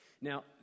Now